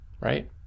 right